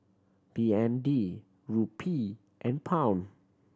B N D Rupee and Pound